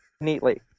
neatly